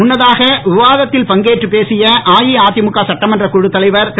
முன்னதாக விவாதித்தில் பங்கேற்று பேசிய அஇஅதிமுக சட்டமன்ற குழுத் தலைவர் திரு